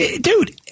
dude